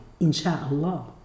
insha'Allah